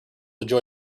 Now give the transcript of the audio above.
enjoy